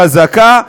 חזקה,